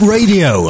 Radio